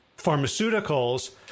pharmaceuticals